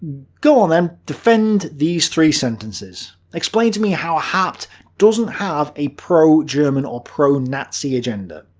go on then, defend these three sentences. explain to me how haupt doesn't have a pro-german ah pro-nazi agenda.